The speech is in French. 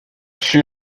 sur